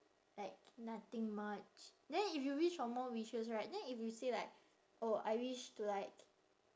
like nothing much then if you wish for more wishes right then if you say like oh I wish to like